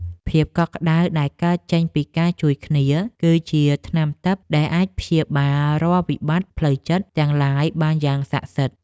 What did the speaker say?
ភាពកក់ក្តៅដែលកើតចេញពីការជួយគ្នា គឺជាថ្នាំទិព្វដែលអាចព្យាបាលរាល់វិបត្តិផ្លូវចិត្តទាំងឡាយបានយ៉ាងស័ក្តិសិទ្ធិ។